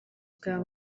bwa